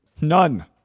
None